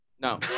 No